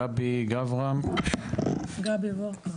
גברה ורקה.